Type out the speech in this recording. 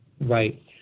right